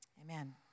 Amen